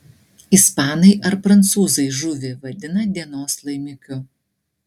ispanai ar prancūzai žuvį vadina dienos laimikiu